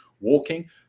walking